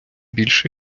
більше